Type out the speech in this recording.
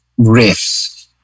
riffs